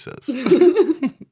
says